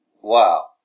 Wow